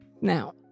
Now